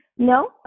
No